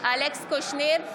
קושניר,